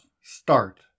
Start